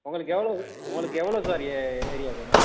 உங்களுக்கு எவ்வளவு உங்களுக்கு எவ்வளவு சார் ஏரியா வேணும்